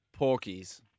Porkies